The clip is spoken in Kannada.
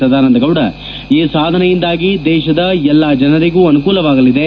ಸದಾನಂದ ಗೌಡ ಈ ಸಾಧನೆಯಿಂದಾಗಿ ದೇಶದ ಎಲ್ಲ ಜನರಿಗೂ ಅನುಕೂಲವಾಗಲಿದೆ